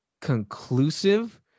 conclusive